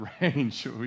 range